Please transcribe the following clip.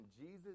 jesus